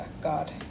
God